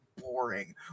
boring